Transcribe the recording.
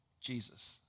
Jesus